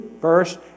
first